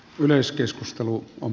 yleiskeskustelu on